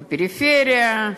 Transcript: בפריפריה,